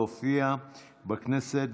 להופיע בכנסת,